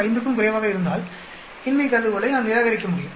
05 க்கும் குறைவாக இருந்தால் இன்மை கருதுகோளை நாம் நிராகரிக்க முடியும்